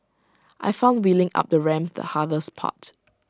I found wheeling up the ramp the hardest part